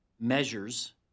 measures